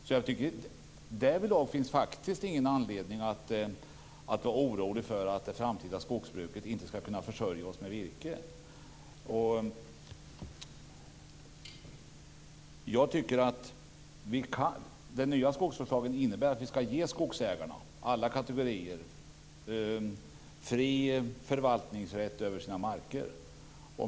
Så det finns faktiskt ingen anledning till oro över att det framtida skogsbruket inte skall kunna försörja oss med virke. Den nya skogsvårdslagen innebär att vi skall ge alla kategorier skogsägare fri förvaltningsrätt över sina marker.